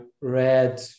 read